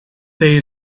they